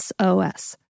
SOS